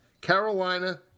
Carolina